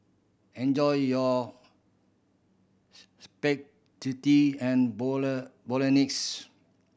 enjoy your and Bolognese